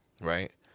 Right